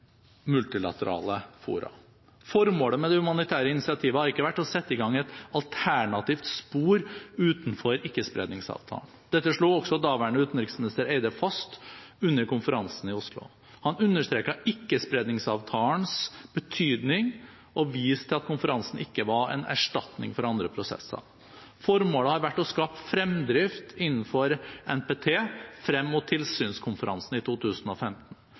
multilaterale fora. Formålet med det humanitære initiativet har ikke vært å sette i gang et alternativt spor utenfor Ikkespredningsavtalen. Dette slo også daværende utenriksminister Barth Eide fast under konferansen i Oslo. Han understreket Ikkespredningsavtalens betydning og viste til at konferansen ikke var en erstatning for andre prosesser. Formålet har vært å skape fremdrift innenfor NPT frem mot tilsynskonferansen i 2015.